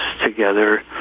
together